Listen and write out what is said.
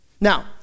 Now